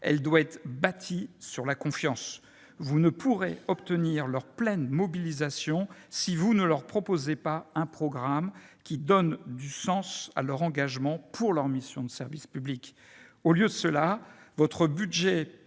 Elle doit être bâtie sur la confiance. Vous ne pourrez obtenir leur pleine mobilisation, si vous ne leur proposez pas un programme qui donne du sens à leur engagement pour leurs missions de service public. Au lieu de cela, votre budget